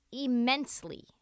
immensely